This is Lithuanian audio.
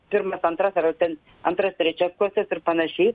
pirmas antras ar ten antras trečias klases ir panašiai